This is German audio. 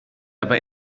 aber